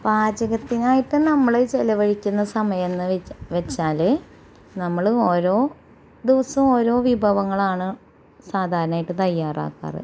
പാചകത്തിനായിട്ട് നമ്മള് ചെലവഴിക്കുന്ന സമയം എന്ന് വിച് വെച്ചാല് നമ്മള് ഓരോ ദിവസവും ഓരോ വിഭവങ്ങളാണ് സാധാരണയായിട്ട് തയ്യാറാക്കാറ്